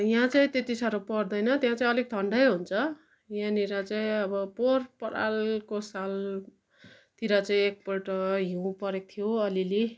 यहाँ चाहिँ त्यति साह्रो पर्दैन त्यहाँ चाहिँ अलिक ठन्डै हुन्छ यहाँनिर चाहिँ अब पोहोर परारको सालतिर चाहिँ एकपल्ट हिउँ परेको थियो अलिअलि